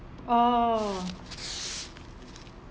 oh